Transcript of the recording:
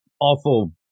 awful